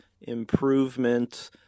improvement